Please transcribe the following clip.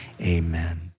amen